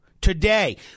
today